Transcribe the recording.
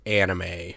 anime